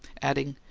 adding,